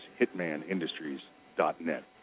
hitmanindustries.net